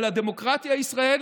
על הדמוקרטיה הישראלית,